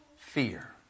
fear